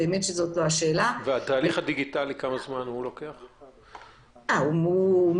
וכמה זמן אורך התהליך הדיגיטלי?